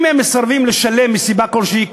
אם הם מסרבים לשלם מסיבה כלשהי,